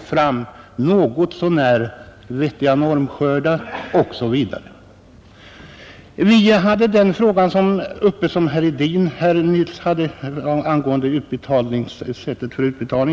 fram något så när vettiga normskördar osv. Vi hade också den fråga uppe som herr Hedin nyss var inne på angående sättet för utbetalningen.